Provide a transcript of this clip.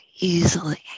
easily